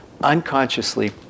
unconsciously